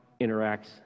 interacts